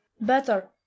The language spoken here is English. better